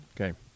okay